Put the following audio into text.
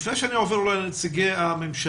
לפני שאני עובר לנציגי הממשלה,